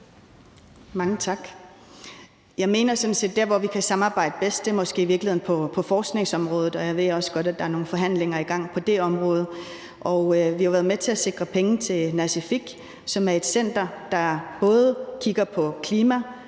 Mange tak. Jeg mener sådan set, at der, hvor vi kan samarbejde bedst, måske i virkeligheden er på forskningsområdet. Og jeg ved også godt, at der er nogle forhandlinger i gang på det område, og vi har været med til at sikre penge til et center, der både kigger på klima